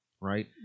right